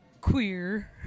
Queer